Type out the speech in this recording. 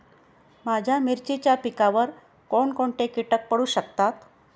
माझ्या मिरचीच्या पिकावर कोण कोणते कीटक पडू शकतात?